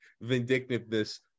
vindictiveness